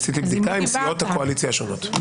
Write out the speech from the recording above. עשיתי בדיקה עם סיעות הקואליציה השונות.